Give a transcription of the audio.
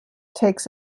takes